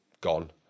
gone